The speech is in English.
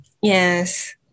Yes